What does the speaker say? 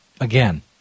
Again